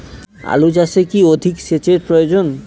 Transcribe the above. আলু চাষে কি অধিক সেচের প্রয়োজন?